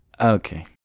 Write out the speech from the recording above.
Okay